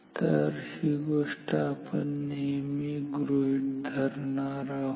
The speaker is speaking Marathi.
तर ही गोष्ट आपण नेहमी गृहीत धरणार आहोत